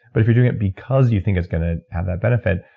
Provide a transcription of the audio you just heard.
but if you're doing it because you think it's going to have that benefit,